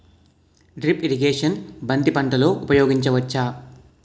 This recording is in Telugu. డ్రిప్ ఇరిగేషన్ బంతి పంటలో ఊపయోగించచ్చ?